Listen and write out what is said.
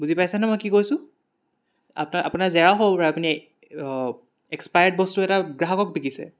বুজি পাইছেনে মই কি কৈছো আপোনাৰ আপোনাৰ জেৰাও হ'ব পাৰে আপুনি এক্সপায়াৰ্ড বস্তু এটা গ্ৰাহকক বিকিছে